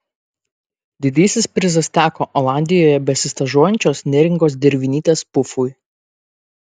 didysis prizas teko olandijoje besistažuojančios neringos dervinytės pufui